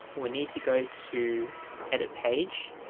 we need to go to edit page